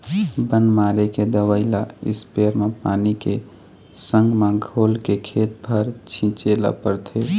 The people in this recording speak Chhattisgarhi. बन मारे के दवई ल इस्पेयर म पानी के संग म घोलके खेत भर छिंचे ल परथे